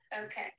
Okay